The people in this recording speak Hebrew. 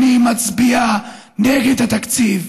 אני מצביע נגד התקציב.